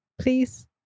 please